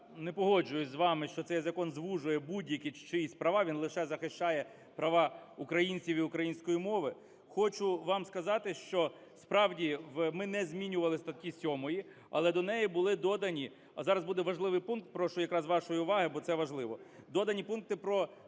я не погоджуюсь з вами, що цей закон звужує будь-які чиїсь права, він лише захищає права українців і української мови. Хочу вам сказати, що справді ми не змінювали статті 7, але до неї були додані… А зараз буде важливий пункт, прошу якраз вашої уваги, бо це важливо. Додані пункти про складання